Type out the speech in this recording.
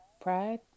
Pride